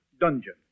dungeon